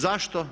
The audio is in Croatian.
Zašto?